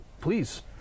please